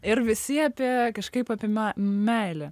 ir visi apie kažkaip apie meilė